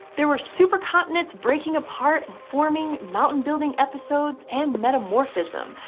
there were supercontinents breaking apart and forming, mountain-building episodes, and metamorphism,